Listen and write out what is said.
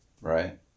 Right